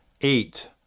Eight